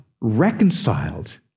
reconciled